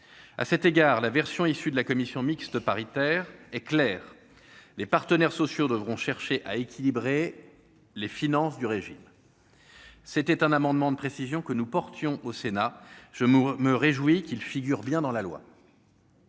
à cet égard la version issue de la commission mixte paritaire est clair : les partenaires sociaux devront chercher à équilibrer les finances du régime, c'était un amendement de précision que nous portions au Sénat je me me réjouis qu'il figure bien dans la loi.